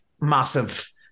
massive